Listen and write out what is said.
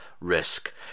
risk